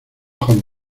hong